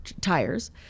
tires